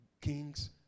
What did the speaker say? king's